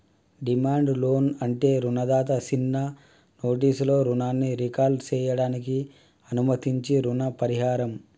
demand loan అంటే రుణదాత సిన్న నోటీసులో రుణాన్ని రీకాల్ సేయడానికి అనుమతించించీ రుణ పరిహారం